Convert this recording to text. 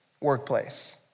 workplace